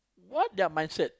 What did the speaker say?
what their mindset